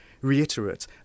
Reiterate